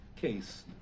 case